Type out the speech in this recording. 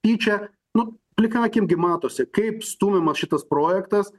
tyčia nu plika akimi gi matosi kaip stumiamas šitas projektas